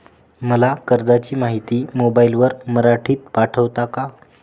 मला कर्जाची माहिती मोबाईलवर मराठीत पाठवता का?